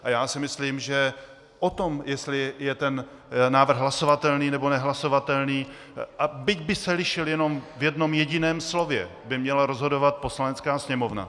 A já si myslím, že o tom, jestli je ten návrh hlasovatelný, nebo nehlasovatelný, byť by se lišil jen v jednom jediném slově, by měla rozhodovat Poslanecká sněmovna.